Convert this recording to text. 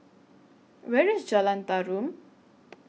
Where IS Jalan Tarum